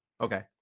Okay